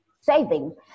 saving